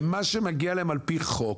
ומה שמגיע להם על פי חוק,